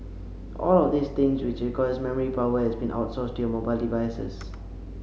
all of these things which requires memory power has been outsourced to your mobile devices